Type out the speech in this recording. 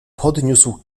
podniósł